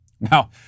Now